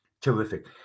Terrific